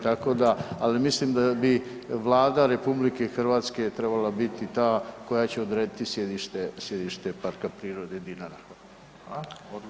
Tako da, ali mislim da bi Vlada RH trebala biti ta koja će odrediti sjedište Parka prirode Dinara.